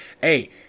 hey